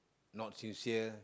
not sincere